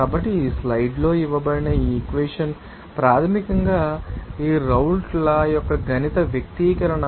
కాబట్టి ఈ స్లైడ్లలో ఇవ్వబడిన ఈ ఈక్వెషన్ ప్రాథమికంగా ఈ రౌల్ట్ లా యొక్క గణిత వ్యక్తీకరణ